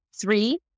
three